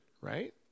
right